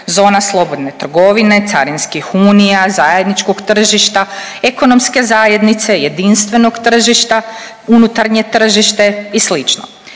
zona slobodne trgovine, carinskih unija, zajedničkog tržišta, ekonomske zajednice, jedinstvenog tržišta, unutarnje tržište i